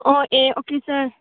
ꯑꯣ ꯑꯦ ꯑꯣꯀꯦ ꯁꯥꯔ